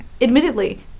admittedly